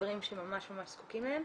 דברים שממש ממש זקוקים להם,